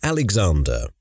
Alexander